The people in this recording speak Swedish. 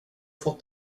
fått